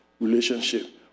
relationship